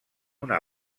una